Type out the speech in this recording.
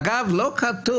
אגב, לא כתוב